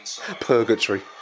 purgatory